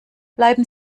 bleiben